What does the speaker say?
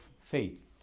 faith